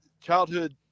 Childhood